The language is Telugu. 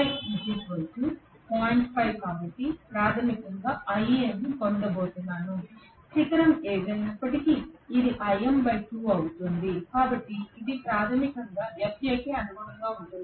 5 కాబట్టి నేను ప్రాథమికంగా iA ను పొందబోతున్నాను శిఖరం ఏమైనప్పటికీ ఇది అవుతుంది కాబట్టి ఇది ప్రాథమికంగా FA కి అనుగుణంగా ఉంటుంది